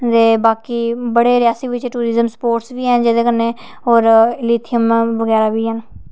ते बाकी रियासी बिच बड़े सोर्स डेधङईणआ़बी हैन जेह्दे कन्नै होर लिथियम बगैरा